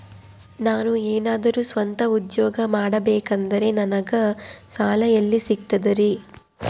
ನಾನು ಏನಾದರೂ ಸ್ವಂತ ಉದ್ಯೋಗ ಮಾಡಬೇಕಂದರೆ ನನಗ ಸಾಲ ಎಲ್ಲಿ ಸಿಗ್ತದರಿ?